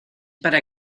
para